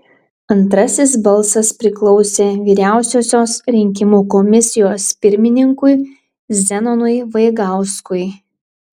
antrasis balsas priklausė vyriausiosios rinkimų komisijos pirmininkui zenonui vaigauskui